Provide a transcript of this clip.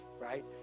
right